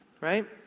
Right